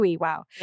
Wow